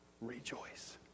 Rejoice